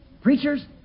Preachers